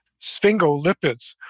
sphingolipids